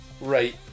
right